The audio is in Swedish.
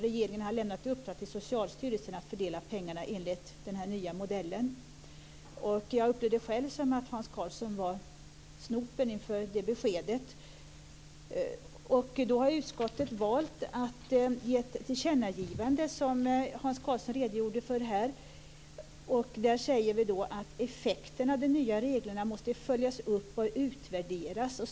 Regeringen har lämnat i uppdrag åt Socialstyrelsen att fördela pengarna enligt den nya modellen. Jag upplevde det själv som att Hans Karlsson var snopen inför det beskedet. Utskottet har valt att göra ett tillkännagivande som Hans Karlsson redogjorde för här. Där säger utskottet: "effekterna av de nya reglerna måste följas upp och utvärderas.